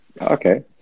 Okay